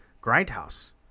Grindhouse